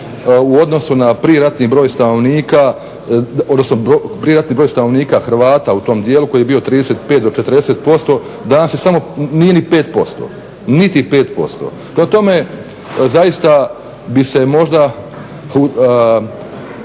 odnosno prije ratni broj stanovnika hrvata u tom dijelu koji je bio 35 do 40% danas je samo, nije ni 5%, niti 5%. Prema tome zaista bi se možda